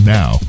now